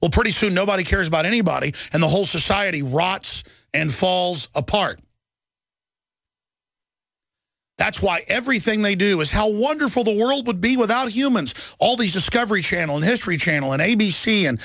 well pretty soon nobody cares about anybody and the whole society rots and falls apart that's why everything they do is how wonderful the world would be without humans all the discovery channel history channel and a b c and